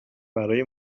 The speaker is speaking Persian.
برای